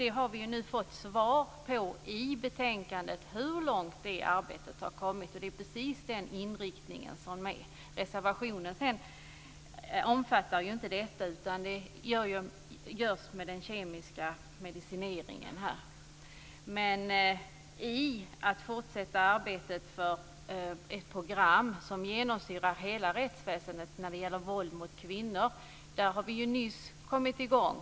Vi har nu i betänkandet fått besked om hur långt arbetet har kommit, och det har precis den angivna inriktningen. Reservationen avser inte detta, utan den gäller den kemiska medicineringen. I det fortsatta arbetet för ett program som genomsyrar hela rättsväsendet när det gäller våld mot kvinnor har vi nyss kommit i gång.